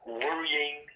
worrying